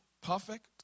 perfect